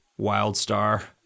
Wildstar